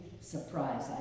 surprise